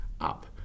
up